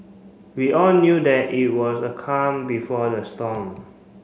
we all knew that it was a calm before the storm